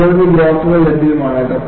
അത്തരം നിരവധി ഗ്രാഫുകൾ ലഭ്യമാണ്